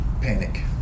Panic